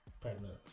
pregnant